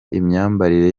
imyambarire